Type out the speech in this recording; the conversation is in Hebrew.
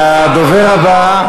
ששש, הדובר הבא,